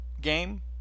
Game